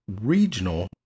regional